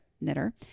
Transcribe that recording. knitter